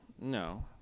no